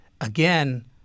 again